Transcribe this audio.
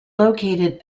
located